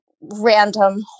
random